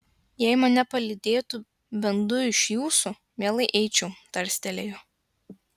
jei mane palydėtų bent du iš jūsų mielai eičiau tarstelėjo